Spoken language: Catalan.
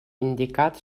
indicat